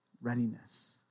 readiness